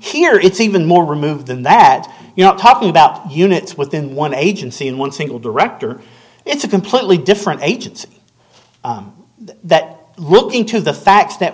here it's even more removed than that you know talking about units within one agency in one single director it's a completely different agency that looking to the facts that